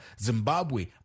Zimbabwe